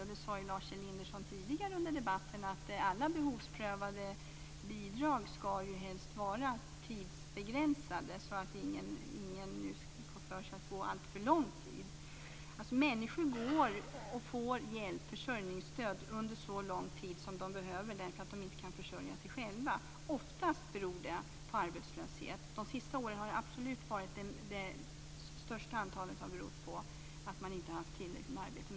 Lars Elinderson sade tidigare under debatten att alla behovsprövade bidrag helst ska vara tidsbegränsade, så att ingen får för sig att gå alltför lång tid. Människor får försörjningsstöd under så lång tid som de behöver den för att de inte kan försörja sig själva. Oftast beror det på arbetslöshet. De senaste åren har det absolut största antalet berott på att man inte har haft tillräckligt med arbete.